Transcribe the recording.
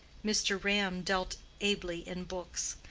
mr. ram dealt ably in books,